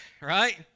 right